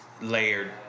layered